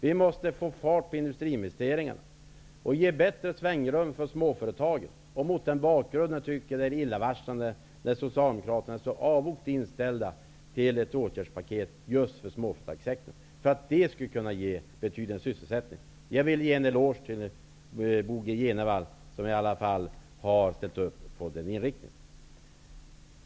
Vi måste få fart på industriinvesteringarna och ge bättre svängrum för småföretagen. Mot den bakgrunden tycker jag att det är illavarslande när Socialdemokraterna är så avogt inställda till ett åtgärdspaket för småföretagssektorn, för just ett sådant skulle kunna ge en betydande sysselsättning. Jag vill ge en eloge till Bo G Jenevall som i alla fall har ställt upp på den inriktningen.